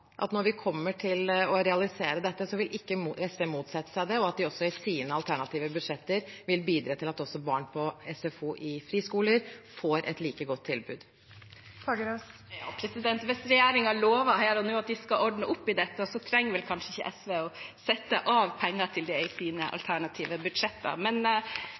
at når det kommer til å realisere dette, vil ikke SV motsette seg det, og at de også i sine alternative budsjetter vil bidra til at barn på SFO i friskoler får et like godt tilbud. Hvis regjeringen her og nå lover at de skal ordne opp i dette, trenger kanskje ikke SV å sette av penger til det i sine alternative budsjetter. Men